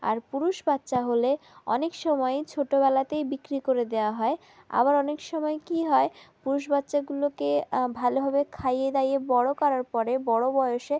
আর পুরুষ বাচ্চা হলে অনেক সময়েই ছোটবেলাতেই বিক্রি করে দেওয়া হয় আবার অনেকসময় কী হয় পুরুষ বাচ্চাগুলোকে ভালোভাবে খাইয়ে দাইয়ে বড় করার পরে বড় বয়সে